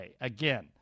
Again